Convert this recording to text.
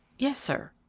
yes sir.